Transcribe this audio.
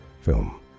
film